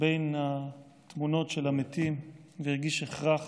בין התמונות של המתים והרגיש הכרח